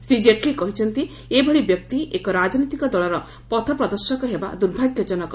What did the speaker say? ଶ୍ରୀ ଜେଟଲୀ କହିଛନ୍ତି ଏଭଳି ବ୍ୟକ୍ତି ଏକ ରାଜନୈତିକ ଦଳର ପଥପ୍ରଦର୍ଶକ ହେବା ଦୁର୍ଭାଗ୍ୟଜନକ